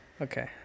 Okay